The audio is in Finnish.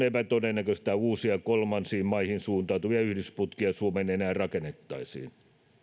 epätodennäköistä että uusia kolmansiin maihin suuntautuvia yhdysputkia suomeen enää rakennettaisiin